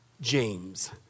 James